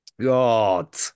God